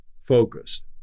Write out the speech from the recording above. focused